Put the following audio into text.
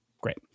Great